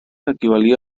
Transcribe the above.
equivalia